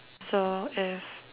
so if